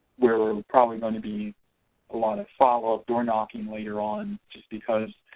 where we're probably going to be a lot of follow-up door-knocking later on just because